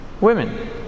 Women